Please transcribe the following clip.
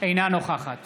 אינה נוכחת